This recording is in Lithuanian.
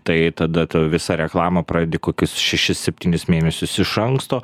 tai tada tu visą reklamą pradedi kokius šešis septynis mėnesius iš anksto